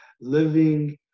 living